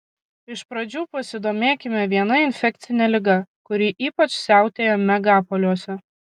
iš pradžių pasidomėkime viena infekcine liga kuri ypač siautėja megapoliuose